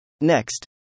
Next